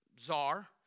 czar